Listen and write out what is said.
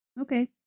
Okay